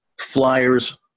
flyers